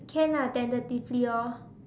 can ah tentatively orh